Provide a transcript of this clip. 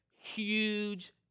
huge